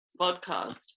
podcast